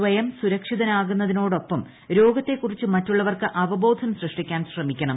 സ്വയം സുരക്ഷിതനാകുന്നതിനോടൊപ്പം രോഗത്തെ ക്കുറിച്ച് മറ്റുള്ളവർക്ക് അവബോധം സൃഷ്ടിക്കാൻ ശ്രമിക്കണം